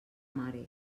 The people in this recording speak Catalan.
mare